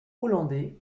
hollandais